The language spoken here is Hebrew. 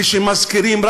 כשמזכירים,